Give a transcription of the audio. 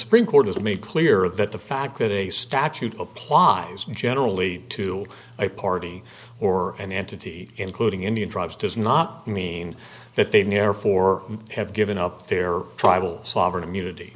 supreme court has made clear that the fact that a statute applies generally to a party or an entity including indian tribes does not mean that they never for him have given up their tribal sovereign immunity